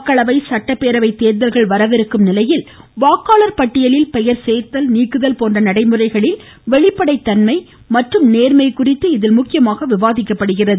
மக்களவை சட்டப்பேரவை தேர்தல்கள் வரவிருக்கும் நிலையில் வாக்காளர் பட்டியலில் பெயர் சேர்த்தல் நீக்குதல் போன்ற நடைமுறைகளில் மற்றும் நேர்மை குறித்து இதில் முக்கியமாக வெளிப்படைத்தன்மை விவாதிக்கப்படுகிறது